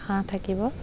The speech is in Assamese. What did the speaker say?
হাঁহ থাকিব